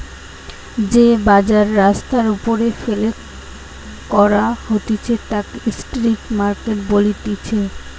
যে বাজার রাস্তার ওপরে ফেলে করা হতিছে তাকে স্ট্রিট মার্কেট বলতিছে